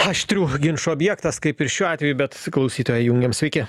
aštrių ginčų objektas kaip ir šiuo atveju bet klausytoją jungiam sveiki